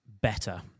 better